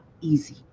easy